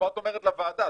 פה את אומרת לוועדה,